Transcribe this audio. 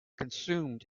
consumed